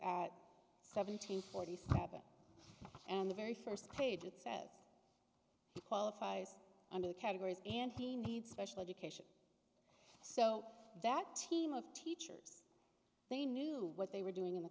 at seven hundred forty seven and the very first page it says it qualifies under the categories and he needs special education so that team of teachers they knew what they were doing in the